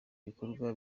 bikorwa